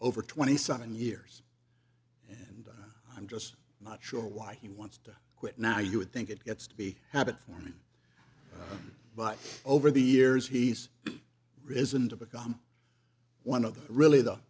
over twenty seven years but i'm just not sure why he wants to quit now you would think it gets to be habit forming but over the years he's risen to become one of the really the